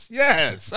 yes